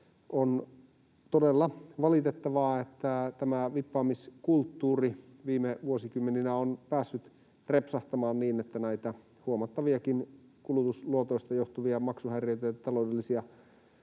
On todella valitettavaa, että tämä vippaamiskulttuuri viime vuosikymmeninä on päässyt repsahtamaan niin, että näitä huomattaviakin kulutusluotoista johtuvia maksuhäiriöitä ja taloudellisia